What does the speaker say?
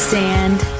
sand